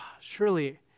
surely